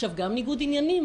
חוק דירה שלישית.